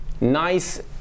Nice